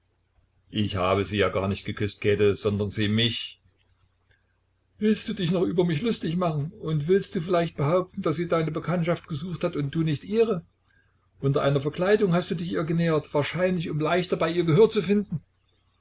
ich habe sie ja gar nicht geküßt käthe sondern sie mich willst du dich noch über mich lustig machen und willst du vielleicht behaupten daß sie deine bekanntschaft gesucht hat und du nicht ihre unter einer verkleidung hast du dich ihr genähert wahrscheinlich um leichter bei ihr gehör zu finden